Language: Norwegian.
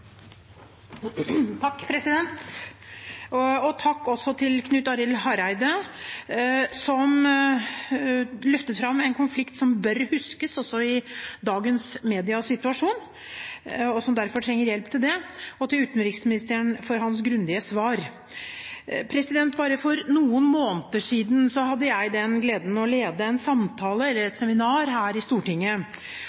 Takk til Knut Arild Hareide, som løftet fram en konflikt som bør huskes, også i dagens mediesituasjon, og som derfor trenger hjelp til det, og til utenriksministeren for hans grundige svar. For bare noen måneder siden hadde jeg den glede å lede